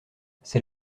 c’est